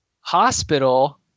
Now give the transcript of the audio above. hospital